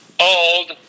old